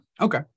Okay